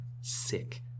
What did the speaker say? sick